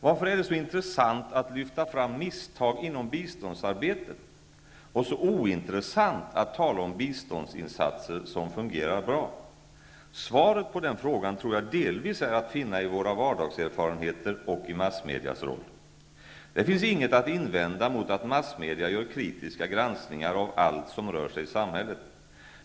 Varför är det så intressant att lyfta fram misstag inom biståndsarbetet, och så ointressant att tala om biståndsinsatser som fungerar bra? Svaret på den frågan tror jag delvis står att finna i våra vardagserfarenheter och i massmedias roll. Det finns inget att invända mot att massmedia gör kritiska granskningar av allt som rör sig i samhället.